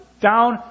down